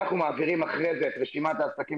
אנחנו מעבירים אחרי זה את רשימת העסקים